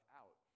out